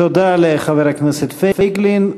תודה לחבר הכנסת פייגלין.